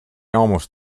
almost